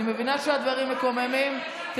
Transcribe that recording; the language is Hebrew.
אני מבינה שהדברים מקוממים.